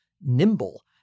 nimble